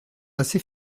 assez